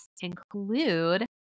include